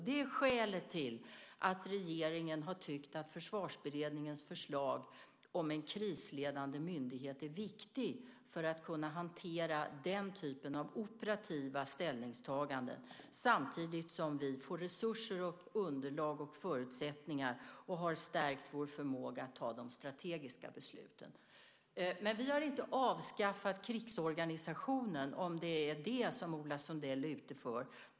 Det är skälet till att regeringen har tyckt att Försvarsberedningens förslag om en krisledande myndighet är viktigt för hanteringen av den typen av operativa ställningstaganden, samtidigt som vi får resurser, underlag och förutsättningar och har stärkt vår förmåga att ta de strategiska besluten. Vi har inte avskaffat krigsorganisationen, om det är det som Ola Sundell är ute efter.